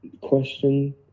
question